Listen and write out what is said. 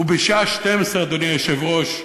ובשעה 12:00, אדוני היושב-ראש,